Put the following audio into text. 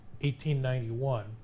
1891